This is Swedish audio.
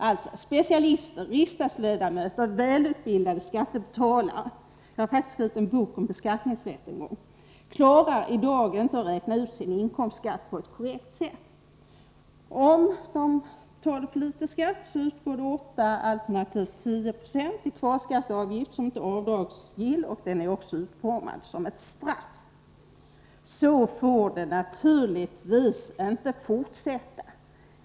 Alltså: Specialister, riksdagsledamöter och välutbildade skattebetalare — jag har faktiskt själv skrivit en bok om skatter en gång — klarar i dag inte av att räkna ut sin inkomstskatt på ett korrekt sätt. Om man betalar för litet skatt utgår alternativt 1020 i kvarskatteavgift, som inte är avdragsgill och som dessutom är utformad som ett straff. Så får det naturligtvis inte vara.